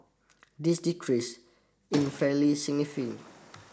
this decrease is fairly significant